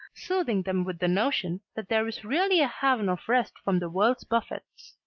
soothing them with the notion that there is really a haven of rest from the world's buffets.